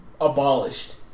Abolished